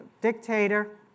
dictator